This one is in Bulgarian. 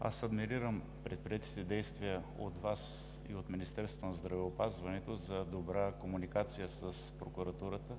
аз адмирирам предприетите действия от Вас и от Министерството на здравеопазването за добра комуникация с прокуратурата,